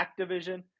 activision